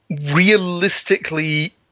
realistically